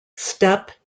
step